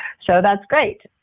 so that's great.